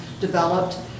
developed